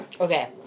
Okay